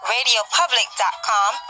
Radiopublic.com